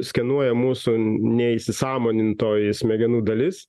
skenuoja mūsų neįsisąmonintoji smegenų dalis